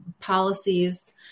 policies